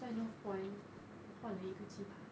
在 northpoint 换了一个鸡扒